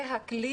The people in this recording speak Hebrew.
זה הכלי